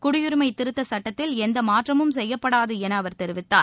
குடியுரிமை திருத்தச் சட்டத்தில் எந்த மாற்றமும் செய்யப்படாது என அவர் தெரிவித்தார்